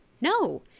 No